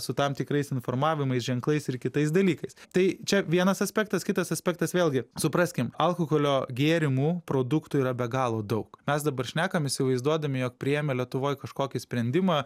su tam tikrais informavimais ženklais ir kitais dalykais tai čia vienas aspektas kitas aspektas vėlgi supraskim alkoholio gėrimų produktų yra be galo daug mes dabar šnekam įsivaizduodami jog priėmę lietuvoj kažkokį sprendimą